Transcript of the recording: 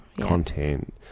content